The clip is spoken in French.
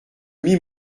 mis